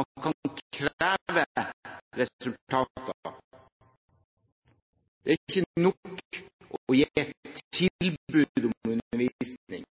Man kan kreve resultater. Det er ikke nok å gi et